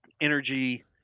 energy